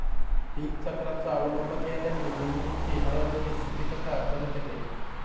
पीकचक्राचा अवलंब केल्याने जमिनीची हरवलेली सुपीकता परत येते